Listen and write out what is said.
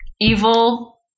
Evil